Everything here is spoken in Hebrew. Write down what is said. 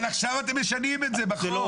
אבל עכשיו אתם משנים את זה בחוק.